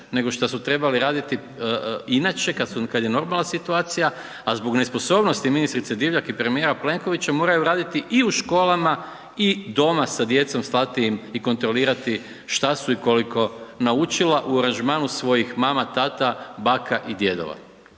nego što su trebali raditi inače kad je normalna situacija, a zbog nesposobnosti ministrice Divjak i premijera Plenkovića moraju raditi i u školama i doma sa djecom, slati im i kontrolirati što su i koliko naučila u aranžmanu svojih mama, tata, baka i djedova.